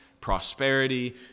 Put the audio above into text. prosperity